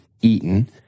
eaten